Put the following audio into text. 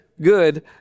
good